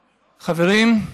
חברים,